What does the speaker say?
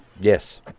Yes